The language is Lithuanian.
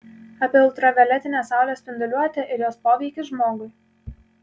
apie ultravioletinę saulės spinduliuotę ir jos poveikį žmogui